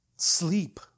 sleep